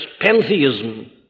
pantheism